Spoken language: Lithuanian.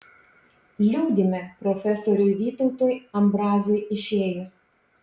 liūdime profesoriui vytautui ambrazui išėjus